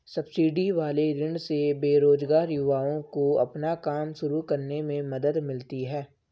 subsidy वाले ऋण से बेरोजगार युवाओं को अपना काम शुरू करने में मदद मिलती है